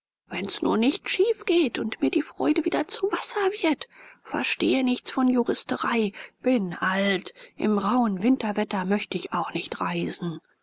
wenn's nur nicht schief geht und mir die freude wieder zu wasser wird verstehe nichts von juristerei bin alt im rauhen winterwetter möchte ich auch nicht reisen